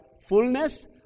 fullness